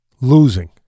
losing